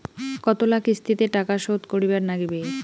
কতোলা কিস্তিতে টাকা শোধ করিবার নাগীবে?